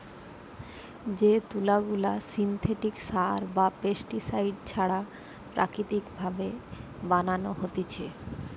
যে তুলা গুলা সিনথেটিক সার বা পেস্টিসাইড ছাড়া প্রাকৃতিক ভাবে বানানো হতিছে